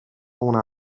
una